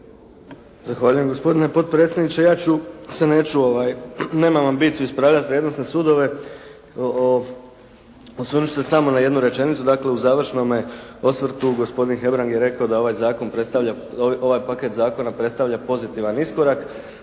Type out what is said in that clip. Zahvaljujem, gospodine potpredsjedniče. Ja nemam ambiciju ispravljati vrijednosne sudove. Osvrnut ću se samo na jednu rečenicu. Dakle, u završnome osvrtu gospodin Hebrang je rekao da ovaj zakon predstavlja, ovaj paket